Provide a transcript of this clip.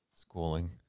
schooling